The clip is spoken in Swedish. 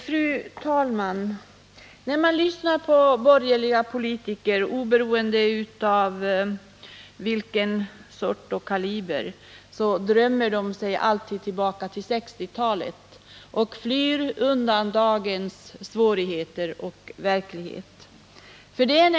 Fru talman! När man lyssnar på borgerliga politiker — oberoende av sort och kaliber — finner man att de alltid drömmer sig tillbaka till 1960-talet och flyr undan dagens svårigheter, undan dagens verklighet.